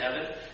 heaven